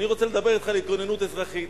אני רוצה לדבר אתך על התגוננות אזרחית.